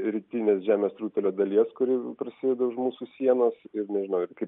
rytinės žemės rutulio dalies kuri prasideda už mūsų sienos ir nežinau ir kaip